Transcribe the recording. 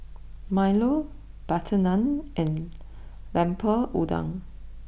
Milo Butter Naan and Lemper Udang